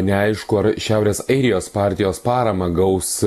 neaišku ar šiaurės airijos partijos paramą gaus